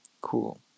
Cool